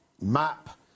map